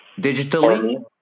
digitally